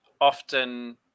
Often